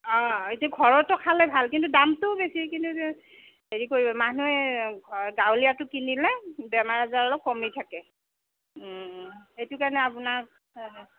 অ এইটো ঘৰৰটো খালে ভাল কিন্তু দামটো বেছি কিন্তু হেৰি কৰিব মানুহে গাঁৱলীয়াটো কিনি লয় বেমাৰ আজাৰো কমি থাকে সেইটো কাৰণে আপোনাক